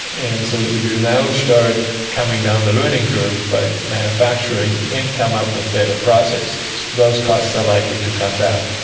and so if you now start coming down the learning curve by manufacturing, and come up with better processes, those costs are likely to come down.